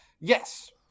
Yes